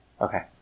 okay